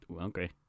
okay